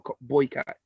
boycott